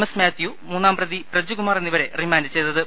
S Mathew മൂന്നാംപ്രതി പ്രജുകുമാർ എന്നിവരെ remand ചെയ്തത്